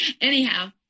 Anyhow